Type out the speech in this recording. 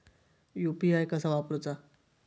UPI कसा वापरूचा?